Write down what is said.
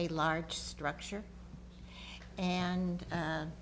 a large structure and